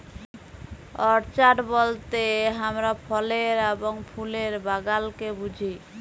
orchard বলতে হামরা ফলের এবং ফুলের বাগালকে বুঝি